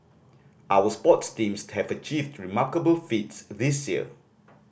our sports teams have achieved remarkable feats this year